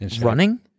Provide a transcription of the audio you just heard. Running